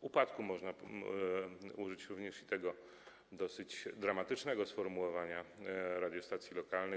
upadku - można użyć również tego dosyć dramatycznego sformułowania - radiostacji lokalnych.